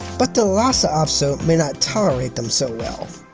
but the lhasa apso may not tolerate them so well.